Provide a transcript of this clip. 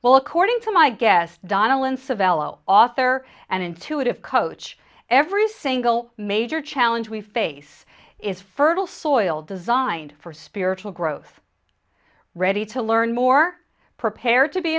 well according to my guest donal and savella author and intuitive coach every single major challenge we face is fertile soil designed for spiritual growth ready to learn more prepared to be